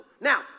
Now